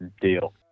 Deal